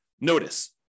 notice